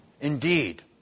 indeed